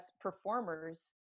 performers